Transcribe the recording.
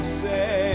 say